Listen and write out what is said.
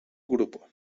grupo